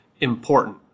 important